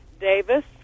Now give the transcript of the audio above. Davis